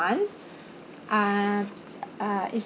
uh uh is